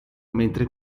mentre